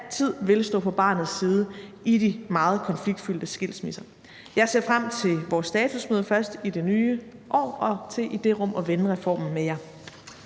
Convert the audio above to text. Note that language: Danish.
altid vil stå på barnets side i de meget konfliktfyldte skilsmisser. Jeg ser frem til vores statusmøde først i det nye år og til i det rum at vende reformen med jer.